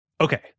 Okay